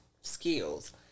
skills